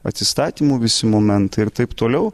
atsistatymų visi momentai ir taip toliau